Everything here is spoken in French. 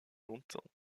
longtemps